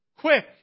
quick